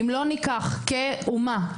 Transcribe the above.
אם לא ניקח כאומה,